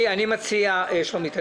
שלומית,